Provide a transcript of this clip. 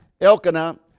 Elkanah